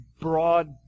broad